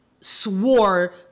swore